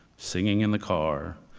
singing in the car,